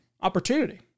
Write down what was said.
opportunity